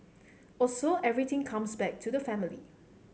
also everything comes back to the family